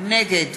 נגד